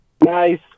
Nice